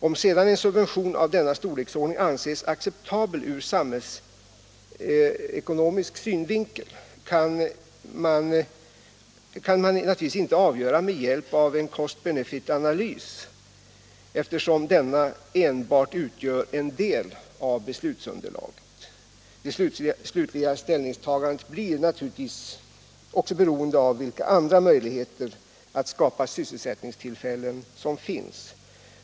Om sedan en subvention av denna storleksordning anses acceptabel ur samhällsekonomisk synvinkel kan man naturligtvis inte avgöra med hjälp av en cost-benefitanalys, eftersom denna enbart utgör en del av beslutsunderlaget. Det slutliga ställningstagandet blir naturligtvis också beroende av vilka andra möjligheter att skapa sysselsättningstillfällen som finns.